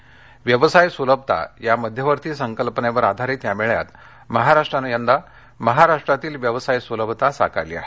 व्यवसाय सुलभता या मध्यवर्ती संकल्पनेवर आधारित या मेळ्यात महाराष्ट्राने यंदा महाराष्ट्रातील व्यवसाय सुलभता साकारली आहे